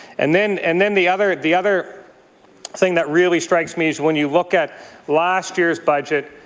and then and then the other the other thing that really strikes me is when you look at last year's budget,